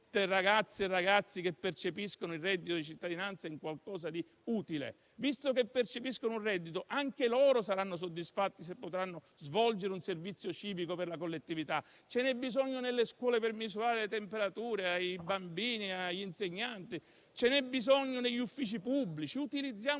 ragazze e i ragazzi che percepiscono il reddito di cittadinanza in qualcosa di utile. Visto che percepiscono un reddito, anche loro saranno soddisfatti se potranno svolgere un servizio civico per la collettività. Ce n'è bisogno nelle scuole per misurare le temperature ai bambini e agli insegnanti e anche negli uffici pubblici; utilizziamoli